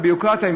הביורוקרטיה,